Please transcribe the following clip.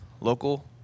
local